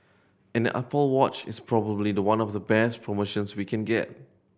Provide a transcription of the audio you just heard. an the Apple Watch is probably the one of the best promotions we can get